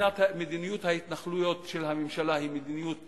מדיניות ההתנחלויות של הממשלה היא מדיניות כושלת,